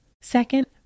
second